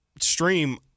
stream